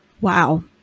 Wow